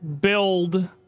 build